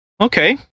okay